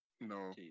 No